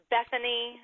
Bethany